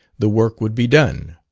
the work would be done.